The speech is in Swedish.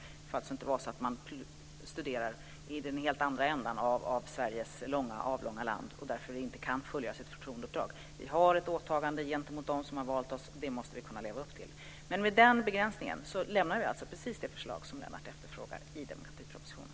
Det får alltså inte vara så att man studerar i den andra änden av Sveriges avlånga land och därför inte kan fullgöra sitt förtroendeuppdrag. Vi har ett åtagande gentemot dem som har valt oss, och det måste vi kunna leva upp till. Med den begränsningen lämnar vi alltså precis det förslag som Lennart efterfrågar i demokratipropositionen.